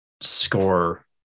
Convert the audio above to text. score